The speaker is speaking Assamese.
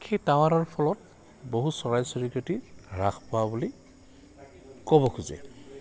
সেই টাৱাৰৰ ফলত বহুত চৰাই চিৰিকটি হ্ৰাস পোৱা বুলি ক'ব খোজে